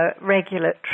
regulatory